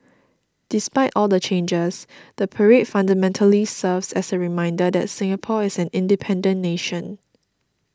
despite all the changes the parade fundamentally serves as a reminder that Singapore is an independent nation